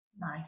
nice